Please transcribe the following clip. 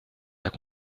t’as